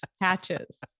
patches